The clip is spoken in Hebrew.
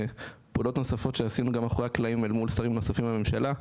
ופעולות נוספות שעשינו גם מאחורי הקלעים אל מול שרים נוספים בממשלה,